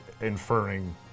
Inferring